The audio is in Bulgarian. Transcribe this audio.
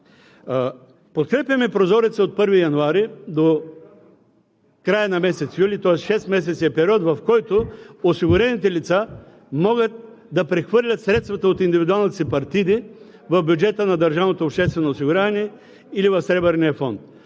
Подкрепяме прозореца от 1 януари до края на месец юли, тоест шестмесечния период, в който осигурените лица могат да прехвърлят средствата от индивидуалните си партиди в бюджета на държавното обществено осигуряване или в Сребърния фонд.